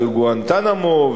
על גואנטנמו,